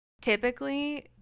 Typically